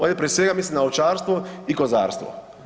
Ovdje prije svega mislim na ovčarstvo i kozarstvo.